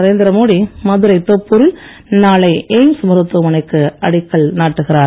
நரேந்திரமோடி மதுரை தோப்பூரில் நாளை எய்ம்ஸ் மருத்துவமனைக்கு அடிக்கல் நாட்டுகிறார்